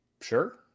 Sure